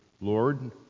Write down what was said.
Lord